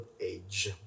age